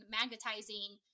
magnetizing